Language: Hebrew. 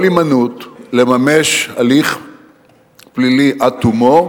כל הימנעות מלממש הליך פלילי עד תומו,